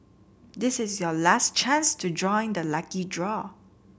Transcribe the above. this is your last chance to join the lucky draw